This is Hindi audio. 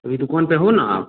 अभी दुकान पर हो ना आप